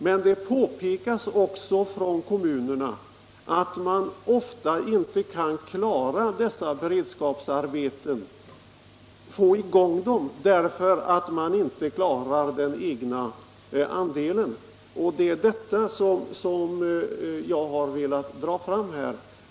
Men det påpekas från kommunernas sida att de ofta inte får i gång beredskapsarbeten därför att de inte klarar av den egna delen, och det är detta jag har velat dra fram här.